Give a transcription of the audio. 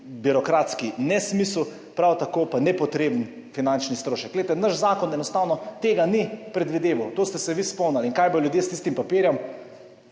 birokratski nesmisel, prav tako pa nepotreben finančni strošek. Glejte naš zakon enostavno tega ni predvideval, to ste se vi spomnili in kaj bodo ljudje s tistim papirjem,